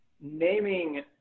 naming